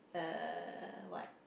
uh what